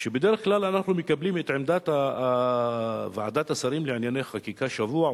שבדרך כלל אנחנו מקבלים את עמדת ועדת השרים לענייני חקיקה שבוע,